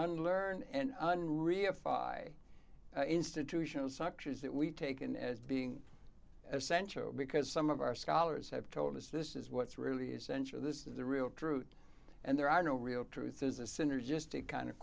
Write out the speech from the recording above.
have earned an reify institutional structures that we've taken as being as essential because some of our scholars have told us this is what's really essential this is the real truth and there are no real truth is a synergistic kind of